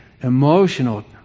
emotional